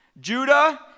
Judah